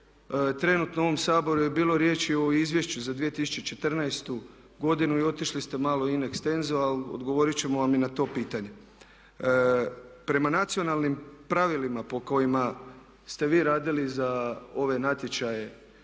trenutno, u ovom Saboru je bilo riječi o Izvješću za 2014. godinu i otišli ste malo in extenso ali odgovorit ćemo vam i na to pitanje. Prema nacionalnim pravilima po kojima ste vi radili za ove natječaje